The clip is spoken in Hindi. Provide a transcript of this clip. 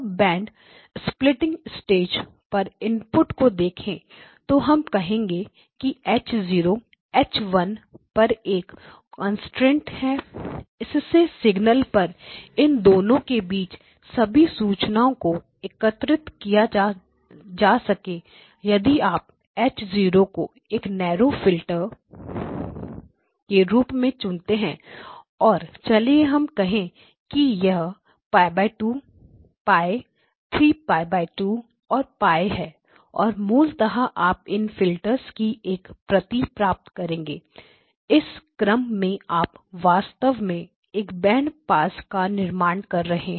सब बैंड स्प्लिटिंग स्टेज पर इनपुट को देखें तो हम कहेंगे कि H 0 H 1पर एक कांस्टेंट है कि इसके सिग्नल पर इन दोनों के बीच सभी सूचनाओं को एकत्र किया जा सके यदि आप H 0 को एक नेरो फिल्टर के रूप में चुनते हैं और चलिए हम कहें कि यह π 2 π 3 π 2 से π है और मूलतः आप इन फिल्टर्स की एक प्रति प्राप्त करेंगे इस क्रम में आप वास्तव में एक बैंड पास का निर्माण कर रहे हैं